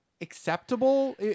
acceptable